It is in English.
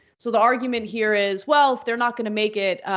so the argument here is, well, if they're not gonna make it,